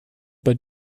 bei